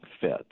fit